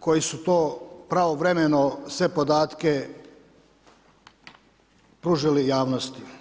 koji su to pravovremeno sve podatke pružili javnosti.